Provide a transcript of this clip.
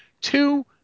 Two